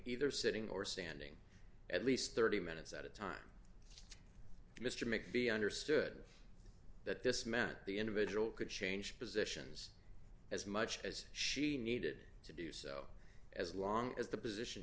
either sitting or standing at least thirty minutes at a time mr make be understood that this meant the individual could change positions as much as she needed to do so as long as the position